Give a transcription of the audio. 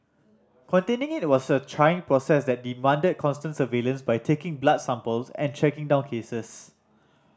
containing it was a trying process that demanded constant surveillance by taking blood samples and tracking down cases